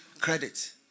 credit